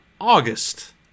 August